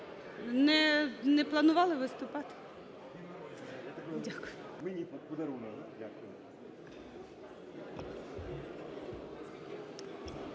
Не планували виступати?